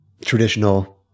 traditional